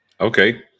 Okay